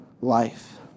life